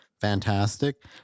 fantastic